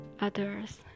others